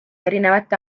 erinevate